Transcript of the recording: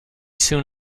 soon